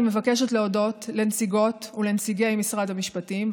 אני מבקשת להודות לנציגות ולנציגי משרד המשפטים,